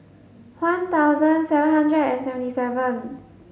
one thousand seven hundred and seventy seven